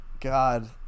God